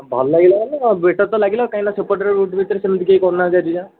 ହଁ ଭଲ ଲାଗିଲା ମାନେ କ'ଣ ବେଟର୍ ତ ଲାଗିଲା ଆଉ କାହିଁକି ନା ସେମତି କେହି କରୁନାହାନ୍ତି ଆଜିଯାଏଁ